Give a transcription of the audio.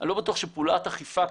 אני לא בטוח שפעולת אכיפה,